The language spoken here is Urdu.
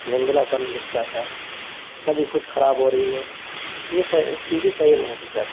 دھندلا پن دکھتا تھا کبھی کچھ خراب ہو رہی ہے یہ صح ٹی وی صحیح نہیں تھی سر